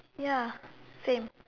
ya same